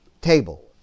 table